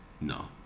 no